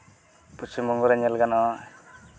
ᱯᱚᱥᱪᱤᱢ ᱵᱚᱝᱜᱚ ᱨᱮ ᱧᱮᱞ ᱜᱟᱱᱚᱜᱼᱟ